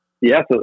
Yes